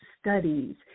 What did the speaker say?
studies